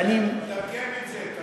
תרגם את זה.